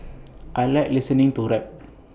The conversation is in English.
I Like listening to rap